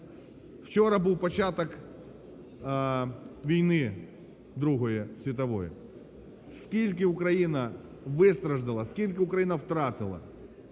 Вчора був початок війни Другої світової. Скільки Україна вистраждала, скільки Україна втратила.